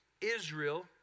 Israel